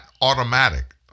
automatic